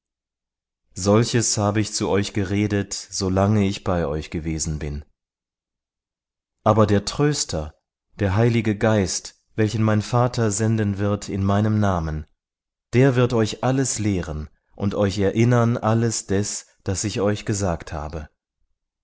solches habe ich zu euch geredet solange ich bei euch gewesen bin aber der tröster der heilige geist welchen mein vater senden wird in meinem namen der wird euch alles lehren und euch erinnern alles des das ich euch gesagt habe